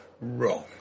wrong